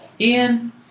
Ian